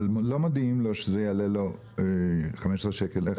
אבל לא מודיעים לו שזה יעלה לו למשל 15 שקלים לדקה.